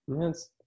Yes